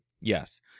Yes